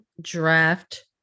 draft